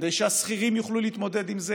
כדי שהשכירים יוכלו להתמודד עם זה,